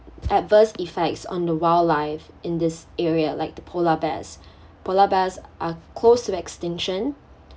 adverse effects on the wildlife in this area like the polar bears polar bears are close to extinction